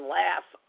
laugh